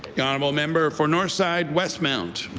the honourable member for northside-westmount.